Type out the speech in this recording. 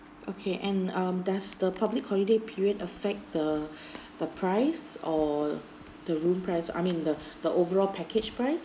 okay and um does the public holiday period affect the the price or the room price I mean the the overall package price